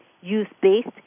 use-based